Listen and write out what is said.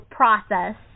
process